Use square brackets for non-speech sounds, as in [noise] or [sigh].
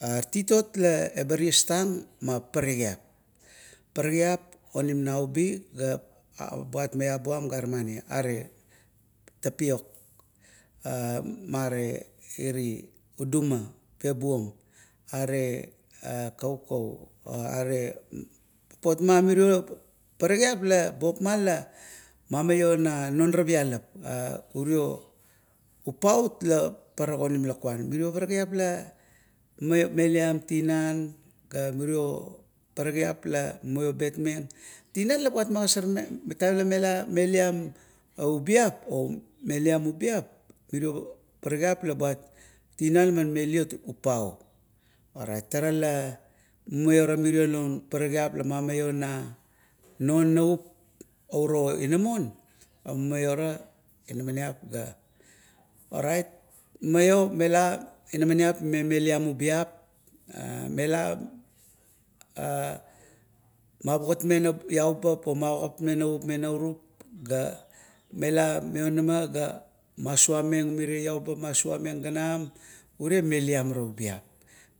Titot laba tiestang ma paparakgip. Paparakgip onim naubi gabuat maiabuam gare mani. Are tapiok [hesitation] mare iri uduma, papum, are kaukau [hesitation] are popot ma mirio paparakiap la bob ma la mamio nanoara pialap. [hesitation] uriot upau la parak onim lukuan. Mirio parakgiap la meliam tinan, ga mirio parakgip mumio betmeng. Tinan la buat magossormeng, lata la mela meliam ubiam, or meliam ubiap miro parakgiap tinan laman meliot upau. Orait tara la mumaioi ramirolo pa parakip, la mamaio na nonavup, ouro ina mon, mamaiora, inamaniap ga, orait mumaio, mela inamaniap meliam ubiap, mela [hesitation] mavugatmeng laubap, magatmeng nauvup me naurup, ga mela maionama ga masuameng mire aubap, masuameng ganam ure meliam ara mire ubiap.